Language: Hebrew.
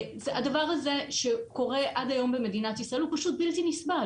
הדבר הזה שקורה עד היום במדינת ישראל הוא פשוט בלתי נסבל.